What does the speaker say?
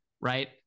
right